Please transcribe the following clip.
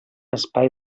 espai